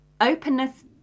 openness